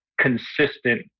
consistent